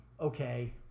Okay